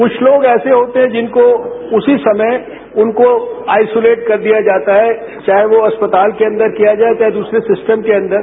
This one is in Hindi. कुछ लोग ऐसे होते हैं जिनको उसी समय उनको आइस्यूलेट कर दिया जाता है चाहे यो अस्पताल के अंदर किया जाये या दसरे सिस्टम के अंदर